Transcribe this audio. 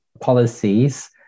policies